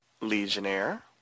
legionnaire